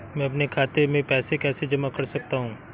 मैं अपने खाते में पैसे कैसे जमा कर सकता हूँ?